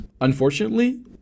Unfortunately